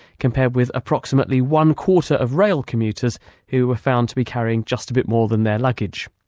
compared with approximately one quarter of rail commuters who were found to be carrying just a bit more than their luggage.